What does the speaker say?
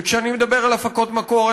וכשאני מדבר על הפקות מקור,